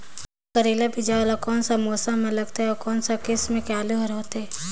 करेला बीजा वाला कोन सा मौसम म लगथे अउ कोन सा किसम के आलू हर होथे?